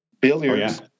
billiards